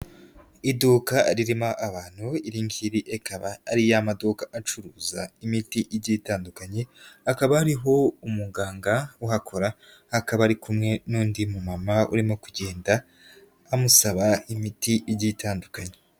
Iduka ririmo abantu. lringiri ikaba ari ya maduka acuruza imiti igiye itandukanye, akaba ariho umuganga uhakora, akaba ari kumwe n'undi mu mama urimo kugenda, amusaba imiti igiye itandukanye.